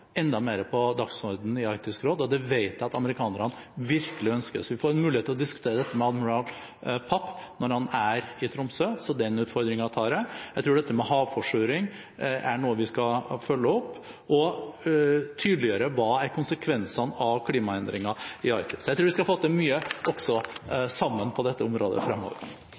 enda mer på dagsordenen i Arktisk råd, og det vet jeg at amerikanerne virkelig ønsker. Vi får en mulighet til å diskutere dette med admiral Papp når han er i Tromsø, så den utfordringen tar jeg. Jeg tror havforsuring er noe vi skal følge opp, og tydeliggjøre hva som er konsekvensene av klimaendringene i Arktis. Så jeg tror vi sammen skal få til mye også på dette området fremover.